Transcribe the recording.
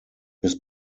his